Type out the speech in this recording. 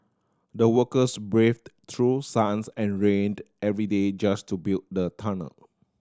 the workers braved through suns and rained every day just to build the tunnel